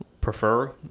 prefer